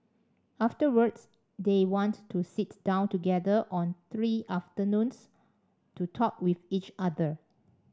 afterwards they want to sit down together on three afternoons to talk with each other